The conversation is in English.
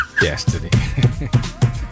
destiny